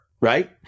right